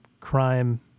crime